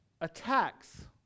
attacks